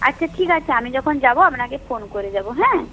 আচ্ছা ঠিক আছে আমি যখন যাব আপনাকে ফোন করে যাব হ্যাঁ